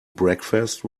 breakfast